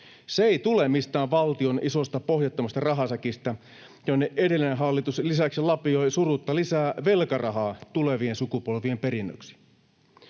Se ei tule mistään valtion isosta, pohjattomasta rahasäkistä, jonne edellinen hallitus lisäksi lapioi surutta lisää velkarahaa tulevien sukupolvien perinnöksi.